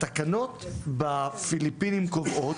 התקנות בפיליפינים קובעות,